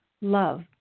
Love